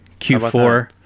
Q4